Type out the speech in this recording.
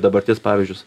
dabarties pavyzdžius